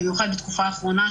במיוחד בתקופה האחרונה,